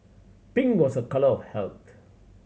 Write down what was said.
pink was a colour of health